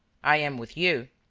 i am with you.